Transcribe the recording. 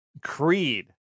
Creed